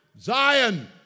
Zion